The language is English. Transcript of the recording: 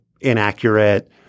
inaccurate